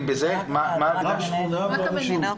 רב שכונה ורב יישוב.